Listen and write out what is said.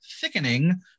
thickening